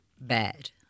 bad